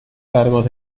cargos